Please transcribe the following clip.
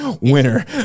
Winner